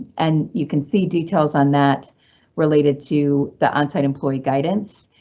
and you can see details on that related to the onsite employee guidance